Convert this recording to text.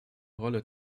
rolle